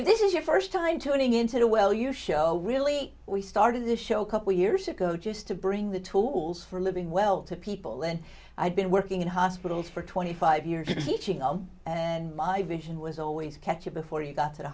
this is your first time tuning into well you show really we started this show a couple years ago just to bring the tools for living well to people and i've been working in hospitals for twenty five years reaching out and my vision was always catch it before you got to the